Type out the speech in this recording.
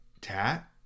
Tat